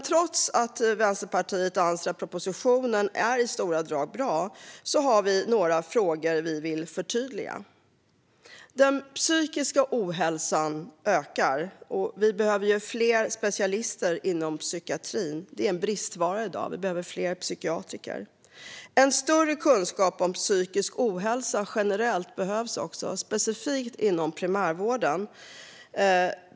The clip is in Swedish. Trots att Vänsterpartiet anser att propositionen i stora drag är bra har vi några frågor vi vill förtydliga. Den psykiska ohälsan ökar, och vi behöver fler specialister inom psykiatrin. Det är en bristvara i dag; vi behöver fler psykiatrer. Större kunskap om psykisk ohälsa generellt behövs också, specifikt inom primärvården.